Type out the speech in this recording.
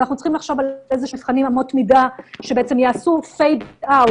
אנחנו צריכים לחשוב על איזשהן אמות מידה שבעצם יעשו fade-out,